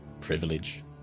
privilege